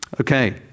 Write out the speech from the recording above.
Okay